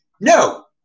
No